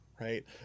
right